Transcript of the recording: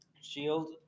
shield